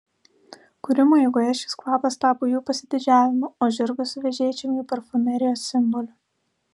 kūrimo eigoje šis kvapas tapo jų pasididžiavimu o žirgas su vežėčiom jų parfumerijos simboliu